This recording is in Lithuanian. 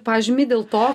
pažymį dėl to